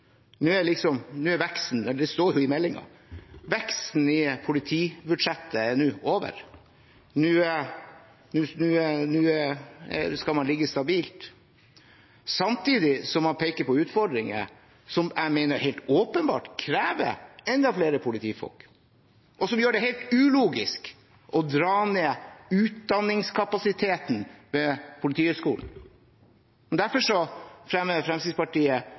skal man ligge stabilt. Samtidig peker man på utfordringer som jeg mener helt åpenbart krever enda flere politifolk, og som gjør det helt ulogisk å dra ned utdanningskapasiteten ved Politihøgskolen. Derfor fremmer Fremskrittspartiet